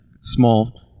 small